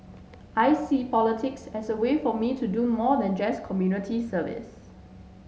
I see politics as a way for me to do more than just community service